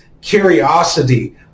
curiosity